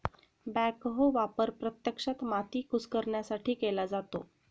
backhoe वापर प्रत्यक्षात माती कुस्करण्यासाठी केला जातो